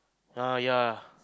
nah ya